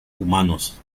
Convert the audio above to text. humanos